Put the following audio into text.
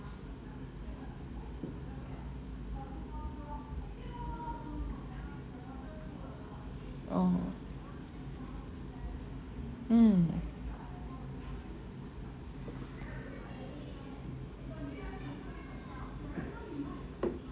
oh mm